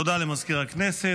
תודה למזכיר הכנסת.